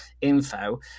info